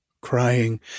crying